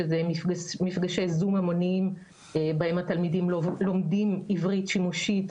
שזה מפגשי זום המוניים בהם התלמידים לומדים עברית שימושית,